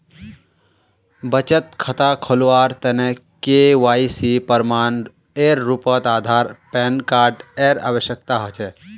बचत खता खोलावार तने के.वाइ.सी प्रमाण एर रूपोत आधार आर पैन कार्ड एर आवश्यकता होचे